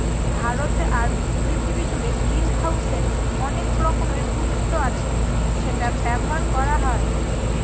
ভারতে আর পৃথিবী জুড়ে গ্রিনহাউসের অনেক রকমের গুরুত্ব আছে সেটা ব্যবহার করা হয়